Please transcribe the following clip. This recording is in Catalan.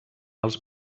els